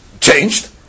changed